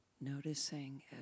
Noticing